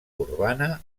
urbana